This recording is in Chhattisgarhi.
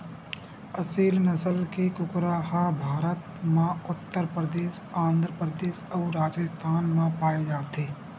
असेल नसल के कुकरा ह भारत म उत्तर परदेस, आंध्र परदेस अउ राजिस्थान म पाए जाथे